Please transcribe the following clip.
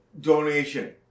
donation